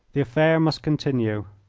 the affair must continue.